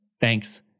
Thanks